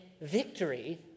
victory